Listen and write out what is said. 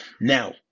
Now